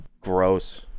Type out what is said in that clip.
gross